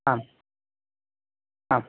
आम् आम्